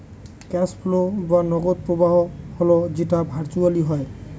cash flow বা নগদ প্রবাহ হল যেটা ভার্চুয়ালি হয়